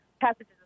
passages